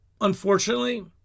unfortunately